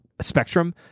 spectrum